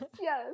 yes